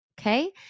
Okay